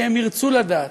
שהם ירצו לדעת,